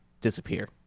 disappear